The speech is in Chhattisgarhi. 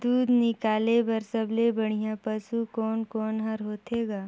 दूध निकाले बर सबले बढ़िया पशु कोन कोन हर होथे ग?